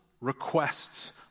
requests